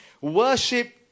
worship